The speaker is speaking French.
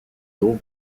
dos